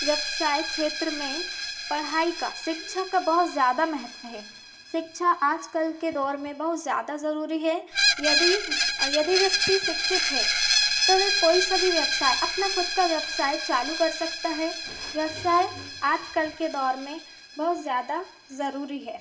व्यवसाय क्षेत्र में पढ़ाई का शिक्षा का बहुत ज़ादा महत्व है शिक्षा आज कल के दौर में बहुत ज़्यादा ज़रूरी है यदि यदि व्यक्ति शिक्षित है तो वे कोई सा भी व्यवसाय अपना ख़ुद का व्यवसाय चालू कर सकता है व्यवसाय आज कल के दौर में बहुत ज़्यादा ज़रूरी है